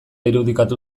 irudikatu